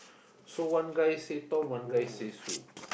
so one guy say Tom one guy say Sue